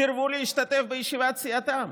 סירבו להשתתף בישיבת סיעתם,